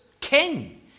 king